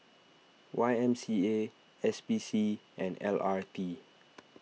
Y M C A S P C and L R T